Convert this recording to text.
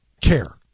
care